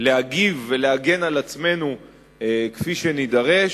להגיב ולהגן על עצמנו כפי שנידרש,